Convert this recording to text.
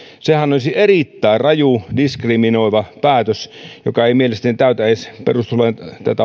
sehän olisi erittäin raju diskriminoiva päätös joka ei mielestäni täytä edes perustuslain